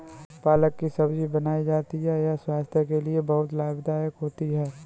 पालक की सब्जी बनाई जाती है यह स्वास्थ्य के लिए बहुत ही लाभदायक होती है